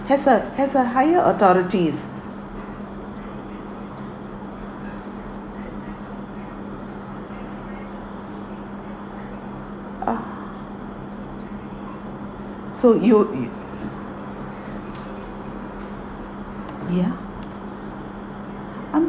has a has a higher authorities uh so you yo~ yeah I